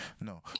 no